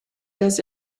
does